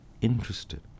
interested